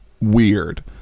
weird